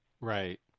Right